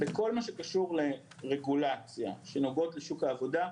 בכל מה שקשור לרגולציה שנוגעת לשוק העבודה,